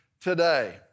today